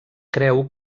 creu